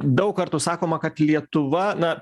daug kartų sakoma kad lietuva na